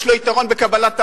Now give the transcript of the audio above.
יש לו יתרון בקבלת העבודה.